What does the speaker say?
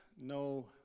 no